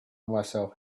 myself